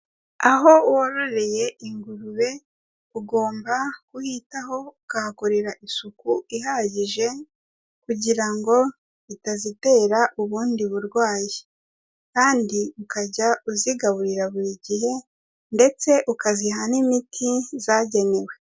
Aho wororeye ingurube ugomba kuhitaho, ukahakorera isuku ihagije kugira ngo itazitera ubundi burwayi kandi ukajya uzigaburira buri gihe ndetse ukaziha n'imiti zagenewe.